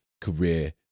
career